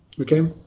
Okay